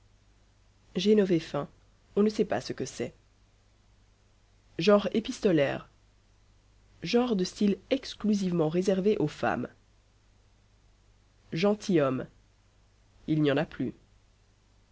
genovefain on ne sait pas ce que c'est genre épistolaire genre de style exclusivement réservé aux femmes gentilhomme il n'y en a plus